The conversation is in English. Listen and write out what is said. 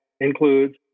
includes